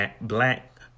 black